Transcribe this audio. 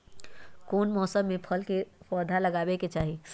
कौन मौसम में फल के पौधा लगाबे के चाहि?